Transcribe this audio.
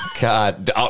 God